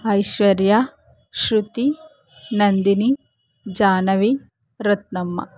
Aishwarya Shruti Nandini Jahnavi Ratnamma